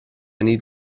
need